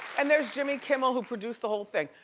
and there's jimmy kimmel who produced the whole thing.